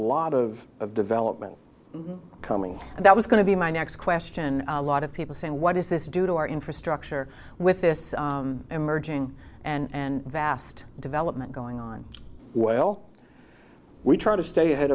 lot of development coming and that was going to be my next question a lot of people saying what does this do to our infrastructure with this emerging and vast development going on well we try to stay ahead